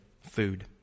food